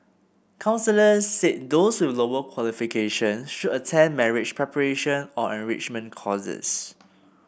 counsellors said those with lower qualifications should attend marriage preparation or enrichment courses